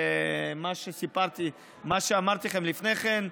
לאור מה שאמרתי לכם לפני כן,